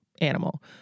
animal